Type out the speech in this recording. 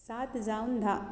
सात जावन धा